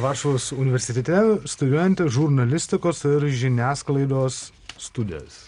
varšuvos universitete studijuojanti žurnalistikos ir žiniasklaidos studijas